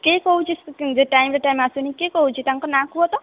କିଏ କହୁଛି ଯେ ଟାଇମ ଟୁ ଟାଇମ୍ ଆସିନି କିଏ କହୁଛି ତାଙ୍କ ନାଁ କୁହ ତ